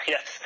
Yes